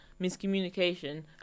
miscommunication